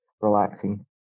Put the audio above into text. relaxing